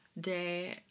day